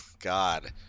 God